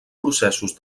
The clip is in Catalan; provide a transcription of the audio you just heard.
processos